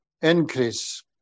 increase